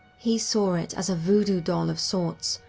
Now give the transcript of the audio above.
he saw it as a voodoo doll of sorts,